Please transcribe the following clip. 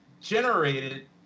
generated